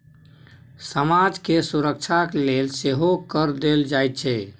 समाज केर सुरक्षाक लेल सेहो कर देल जाइत छै